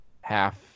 half